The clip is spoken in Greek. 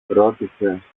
ρώτησε